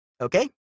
Okay